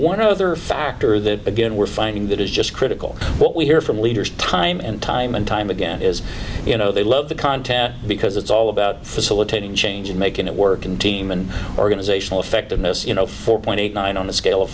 one other factor that again we're finding that is just critical what we hear from leaders time and time and time again is you know they love the content because it's all about facilitating change and making it work and team and organizational effectiveness you know four point eight nine on the scale of